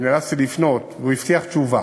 שנאלצתי לפנות, הוא הבטיח תשובה,